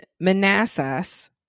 Manassas